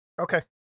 Okay